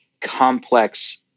complex